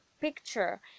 picture